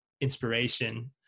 inspiration